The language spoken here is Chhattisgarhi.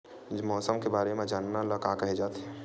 मौसम के बारे म जानना ल का कहे जाथे?